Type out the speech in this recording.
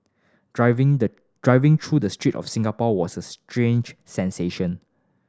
driving the driving through the street of Singapore was a strange sensation